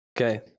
Okay